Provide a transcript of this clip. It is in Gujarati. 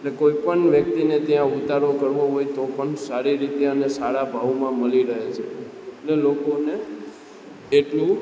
ને કોઈપણ વ્યક્તિને ત્યાં ઊતારો કરવો હોય તો પણ સારી રીતના અને સારા ભાવમાં મલી રહે છે અને લોકોને એટલું